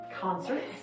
concerts